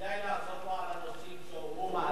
כדאי לעזור לו בנושאים שהוא מעלה,